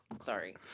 sorry